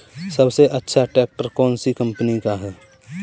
सबसे अच्छा ट्रैक्टर कौन सी कम्पनी का है?